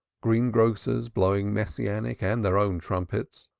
greengrocers blowing messianic and their own trumpets,